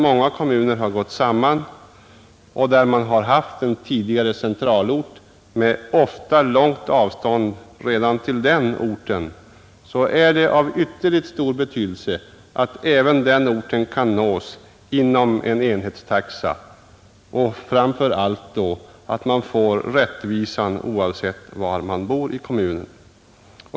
Många kommuner som haft en tidigare centralort med ofta långt avstånd redan till den orten har gått samman, och för dem är det av ytterligt stor betydelse att även den orten kan nås inom en enhetstaxa samt, framför allt, att man får rättvisa oavsett var man bor i kommunen.